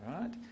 Right